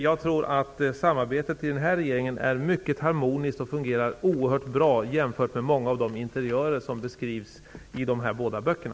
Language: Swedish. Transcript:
Jag tror att samarbetet i den nuvarande regeringen är mycket harmoniskt och fungerar oerhört bra, om jag jämför med många av de interiörer som beskrivs i de båda nämnda böckerna.